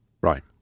Right